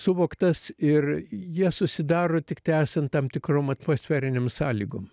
suvoktas ir jie susidaro tiktai esant tam tikrom atmosferinėm sąlygom